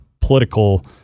political